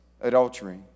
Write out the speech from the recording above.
adultery